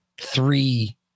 three